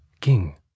king